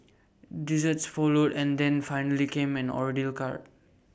desserts followed and then finally came an ordeal cart